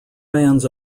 man’s